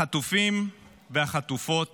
החטופים והחטופות